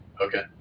Okay